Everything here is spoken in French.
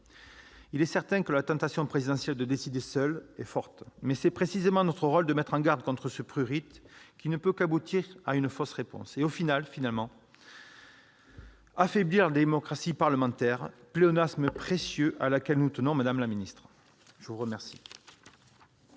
Il est certain que la tentation présidentielle de décider seul est forte, mais c'est précisément notre rôle de mettre en garde contre ce prurit, qui ne peut qu'aboutir à une fausse réponse et, au final, à affaiblir la démocratie parlementaire- pléonasme précieux -, à laquelle nous tenons, madame la garde des sceaux.